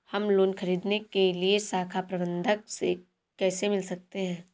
हम लोन ख़रीदने के लिए शाखा प्रबंधक से कैसे मिल सकते हैं?